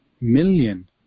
million